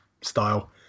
style